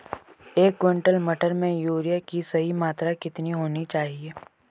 एक क्विंटल मटर में यूरिया की सही मात्रा कितनी होनी चाहिए?